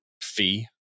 fee